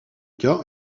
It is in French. cas